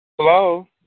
Hello